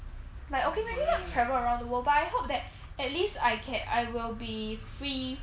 like okay maybe like travel around the world I hope that at least I can I will be free from